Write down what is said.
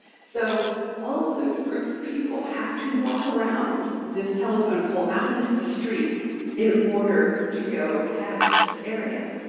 so all of those groups of people have to walk around this telephone pole out into the street in order to go past this area.